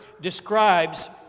describes